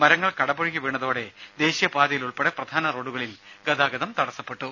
മരങ്ങൾ കടപുഴകി വീണതോടെ ദേശീയപാതയിൽ ഉൾപ്പെടെ പ്രധാന റോഡുകളിൽ ഗതാഗതം തടസ്സപ്പെട്ടു